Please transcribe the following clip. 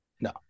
No